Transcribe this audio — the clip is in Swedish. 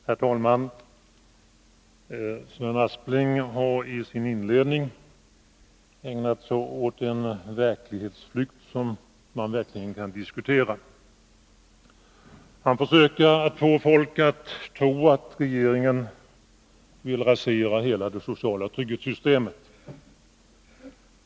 Herr talman! Sven Aspling har i sin inledning av debatten ägnat sig åt en verklighetsflykt som man sannerligen kan diskutera. Han försöker att få folk att tro att regeringen vill rasera hela det sociala trygghetssystemet.